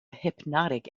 hypnotic